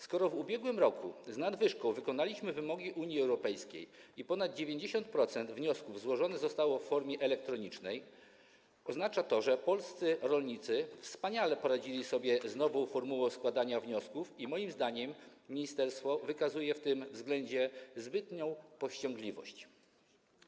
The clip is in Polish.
Skoro w ubiegłym roku z nadwyżką spełniliśmy wymogi Unii Europejskiej i ponad 90% wniosków złożonych zostało w formie elektronicznej, to oznacza to, że polscy rolnicy wspaniale poradzili sobie z nową formułą składania wniosków i moim zdaniem ministerstwo wykazuje w tym względzie zbytnią powściągliwość.